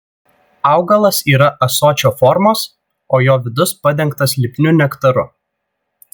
augalas yra ąsočio formos o jo vidus padengtas lipniu nektaru